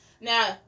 Now